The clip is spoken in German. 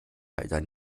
leider